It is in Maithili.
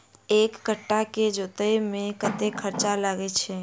एक कट्ठा केँ जोतय मे कतेक खर्चा लागै छै?